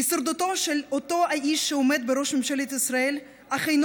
הישרדותו של אותו האיש שעומד בראש ממשלת ישראל אך אינו